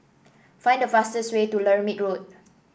find the fastest way to Lermit Road